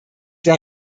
der